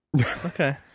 Okay